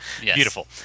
beautiful